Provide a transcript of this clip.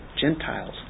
Gentiles